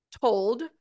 told